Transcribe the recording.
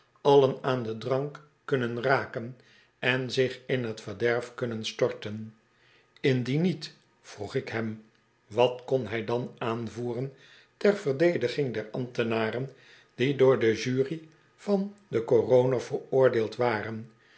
allen aan den drank kunnen raken en zich in t verderf kunnen storten indien niet vroeg ik hem wat kon hij dan aanvoeren ter verdediging der ambtenaren die door de jury van den coroner veroordeeld waren